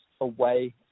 away